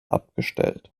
abgestellt